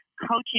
coaching